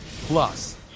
Plus